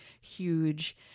huge